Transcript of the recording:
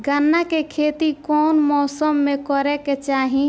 गन्ना के खेती कौना मौसम में करेके चाही?